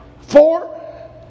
four